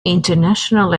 international